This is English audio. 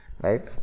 Right